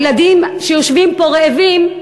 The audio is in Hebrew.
הילדים שיושבים פה רעבים,